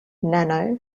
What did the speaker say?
nano